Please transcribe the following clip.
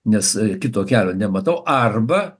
nes kito kelio nematau arba